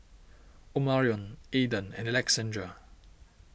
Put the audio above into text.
Omarion Aedan and Alexandria